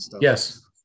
Yes